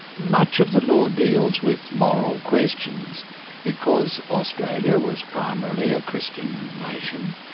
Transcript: much of the law deals with moral questions because australia was primarily a christian nation.